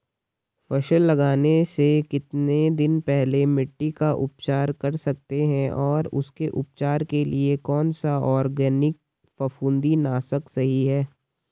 फसल लगाने से कितने दिन पहले मिट्टी का उपचार कर सकते हैं और उसके उपचार के लिए कौन सा ऑर्गैनिक फफूंदी नाशक सही है?